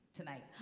tonight